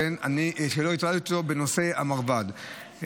שלא הטרדתי אותו בנושא המרב"ד,